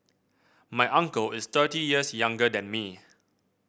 my uncle is thirty years younger than me